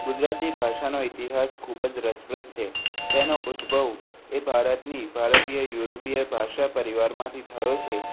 ગુજરાતી ભાષાનો ઇતિહાસ ખૂબ જ રસપ્રદ છે તેનો ઉદ્ભવ એ ભારતની ભારતીય યુરોપિયન ભાષા પરિવારમાંથી થયો છે